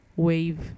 wave